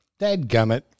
Dadgummit